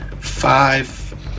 five